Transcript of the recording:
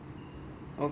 okay